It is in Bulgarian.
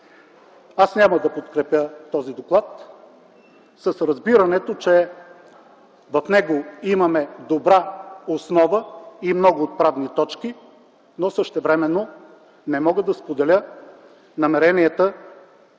Аз няма да подкрепя този доклад с разбирането, че в него имаме добра основа и много отправни точки, но същевременно не мога да споделя намеренията,